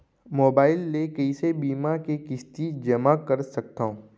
Mobile ले कइसे बीमा के किस्ती जेमा कर सकथव?